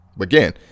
Again